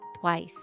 Twice